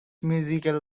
musical